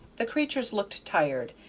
the creatures looked tired,